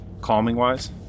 calming-wise